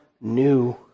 new